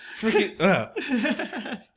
freaking